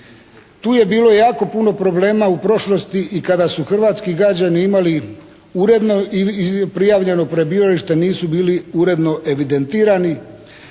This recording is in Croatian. Tu je bilo jako puno problema u prošlosti i kada su hrvatski građani imali uredno prijavljeno prebivalište nisu bili uredno evidentirani